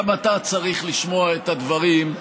גם אתה צריך לשמוע את הדברים.